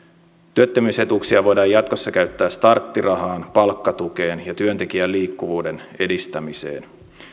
työttömyysetuuksia voidaan jatkossa käyttää starttirahaan palkkatukeen ja työntekijän liikkuvuuden edistämiseen